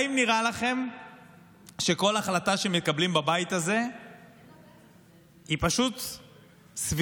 האם נראה לכם שכל החלטה שמקבלים בבית הזה היא פשוט סבירה,